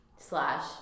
slash